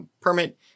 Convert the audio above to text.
permit